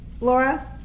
laura